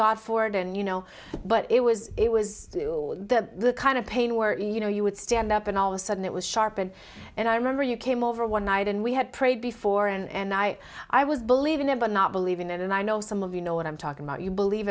god for it and you know but it was it was the kind of pain where you know you would stand up and all of a sudden it was sharpened and i remember you came over one night and we had prayed before and i i was believing them but not believing it and i know some of you know what i'm talking about you believe